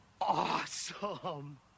awesome